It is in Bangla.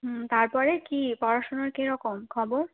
হ্যাঁ তারপরে কি পড়াশোনার কীরকম খবর